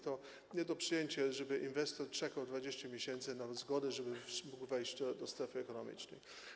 To jest nie do przyjęcia, żeby inwestor czekał 20 miesięcy na zgodę, żeby mógł wejść do strefy ekonomicznej.